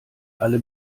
alle